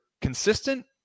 consistent